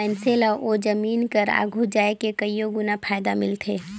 मइनसे ल ओ जमीन कर आघु जाए के कइयो गुना फएदा मिलथे